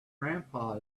grandpa